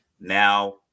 Now